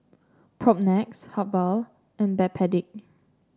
Propnex Habhal and Backpedic